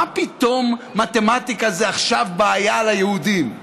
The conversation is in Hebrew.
מה פתאום מתמטיקה זה עכשיו בעיה ליהודים?